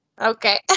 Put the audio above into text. Okay